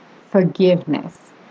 Forgiveness